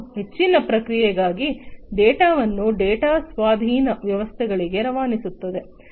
ಮತ್ತು ಹೆಚ್ಚಿನ ಪ್ರಕ್ರಿಯೆಗಾಗಿ ಡೇಟಾವನ್ನು ಡೇಟಾ ಸ್ವಾಧೀನ ವ್ಯವಸ್ಥೆಗೆ ರವಾನಿಸುತ್ತದೆ